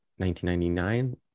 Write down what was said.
1999